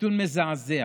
נתון מזעזע: